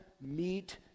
meet